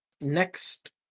next